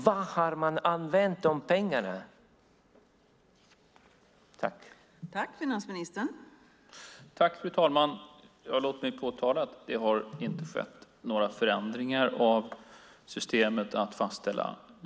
Vad har man använt de pengarna till?